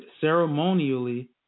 ceremonially